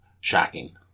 shocking